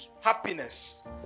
happiness